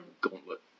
Gauntlet